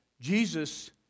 Jesus